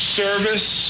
service